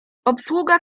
obsługa